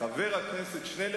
חבר הכנסת שנלר,